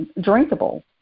drinkable